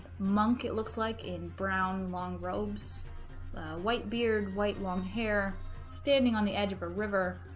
monk it looks like in brown long robes white beard white long hair standing on the edge of a river